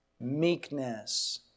Meekness